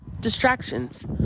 distractions